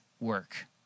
work